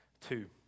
two